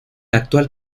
actual